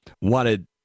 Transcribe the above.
Wanted